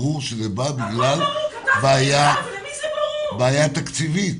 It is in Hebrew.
ברור שזה בא בגלל בעיה תקציבית.